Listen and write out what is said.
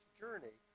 journey